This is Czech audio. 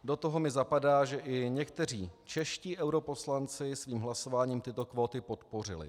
Do toho mi zapadá, že i někteří čeští europoslanci svým hlasováním tyto kvóty podpořili.